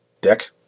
Dick